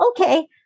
okay